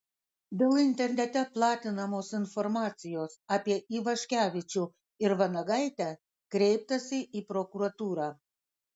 dėl internete platinamos informacijos apie ivaškevičių ir vanagaitę kreiptasi į prokuratūrą